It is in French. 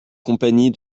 compagnies